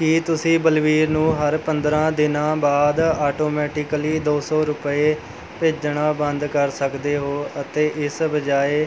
ਕੀ ਤੁਸੀਂ ਬਲਬੀਰ ਨੂੰ ਹਰ ਪੰਦਰਾਂ ਦਿਨਾਂ ਬਾਅਦ ਆਟੋਮੈਟਿਕਲੀ ਦੋ ਸੌ ਰੁਪਏ ਭੇਜਣਾ ਬੰਦ ਕਰ ਸਕਦੇ ਹੋ ਅਤੇ ਇਸ ਬਜਾਏ